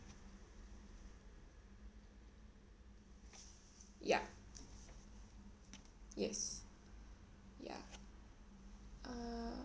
yup yes ya uh